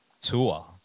tour